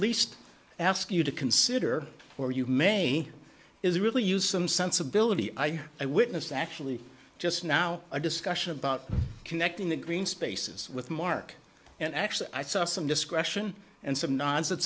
least ask you to consider or you may is really use some sensibility i i witnessed actually just now a discussion about connecting the green spaces with mark and actually i saw some discretion and some nonsense